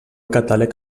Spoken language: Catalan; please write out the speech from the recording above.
catàleg